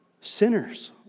sinners